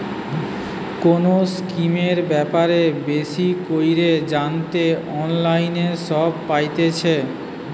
কোনো স্কিমের ব্যাপারে বেশি কইরে জানতে অনলাইনে সব পাইতেছে